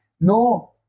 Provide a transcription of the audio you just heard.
no